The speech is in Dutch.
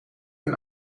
een